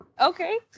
Okay